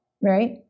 right